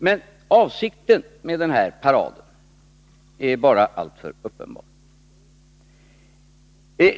Men avsikten med den här paraden är bara alltför uppenbar.